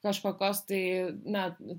kažkokios tai net